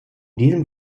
diesem